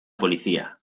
policía